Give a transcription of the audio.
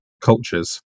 cultures